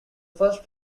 first